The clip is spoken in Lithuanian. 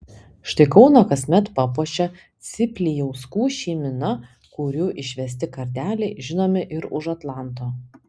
štai kauną kasmet papuošia ciplijauskų šeimyna kurių išvesti kardeliai žinomi ir už atlanto